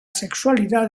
sexualidad